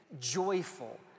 joyful